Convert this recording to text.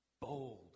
bold